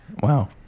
Wow